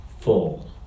full